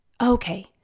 Okay